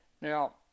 Now